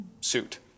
suit